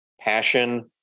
passion